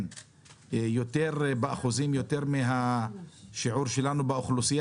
יותר באחוזים מהשיעור שלנו באוכלוסייה,